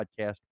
podcast